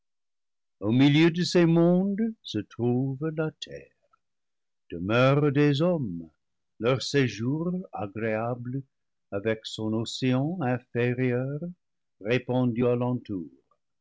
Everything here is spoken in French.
au milieu de ces mondes se trouve la terre demeure des hommes leur séjour agréable avec son océan inférieur répandu